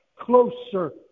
closer